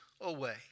away